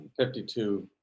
52